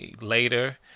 later